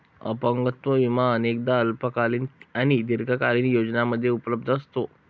अपंगत्व विमा अनेकदा अल्पकालीन आणि दीर्घकालीन योजनांमध्ये उपलब्ध असतो